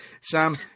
Sam